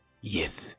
Yes